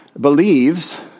believes